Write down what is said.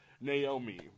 naomi